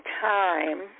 time